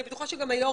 אני בטוחה שגם יושב